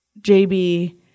JB